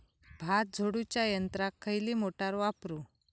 भात झोडूच्या यंत्राक खयली मोटार वापरू?